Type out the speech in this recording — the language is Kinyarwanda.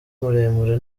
muremure